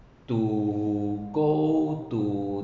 to go to